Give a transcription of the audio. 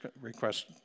request